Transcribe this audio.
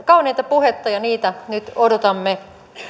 kaunista puhetta tekoja kuitenkin nyt odotamme